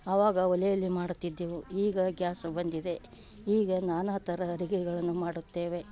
ಅವಾಗ ಒಲೆಯಲ್ಲಿ ಮಾಡುತ್ತಿದ್ದೆವು ಈಗ ಗ್ಯಾಸು ಬಂದಿದೆ ಈಗ ನಾನಾ ತರಹ ಅಡುಗೆಗಳನ್ನು ಮಾಡುತ್ತೇವೆ